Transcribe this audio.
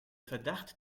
verdacht